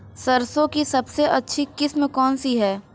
सरसों की सबसे अच्छी किस्म कौन सी है?